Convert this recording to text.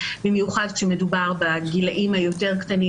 במיוחד כשמדובר בגילאים היותר קטנים,